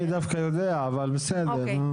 אני דווקא יודע אבל בסדר.